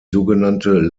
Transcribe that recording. sogenannte